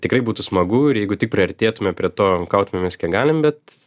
tikrai būtų smagu ir jeigu tik priartėtume prie to kautumėmės kiek galim bet